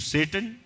Satan